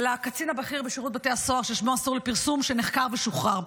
לקצין הבכיר בשירות בתי הסוהר ששמו אסור לפרסום שנחקר ושוחרר.